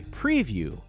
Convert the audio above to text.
preview